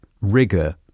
rigor